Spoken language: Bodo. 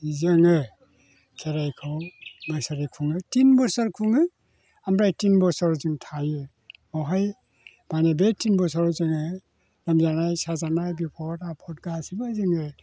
जोङो खेराइखौ बोसोरै खुङो तिन बोसोर खुङो आमफ्राय तिन बोसोर जों थायो बावहाय मानि बे तिन बोसराव जोङो लोमजानाय साजानाय बिफद आफद गासिबो जोङो